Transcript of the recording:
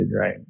right